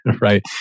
right